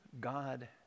God